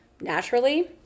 naturally